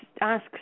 Ask